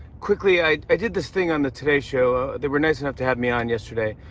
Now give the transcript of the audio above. quickly, i i did this thing on the today show. ah they were nice enough to have me on yesterday.